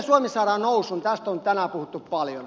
tästä on tänään puhuttu paljon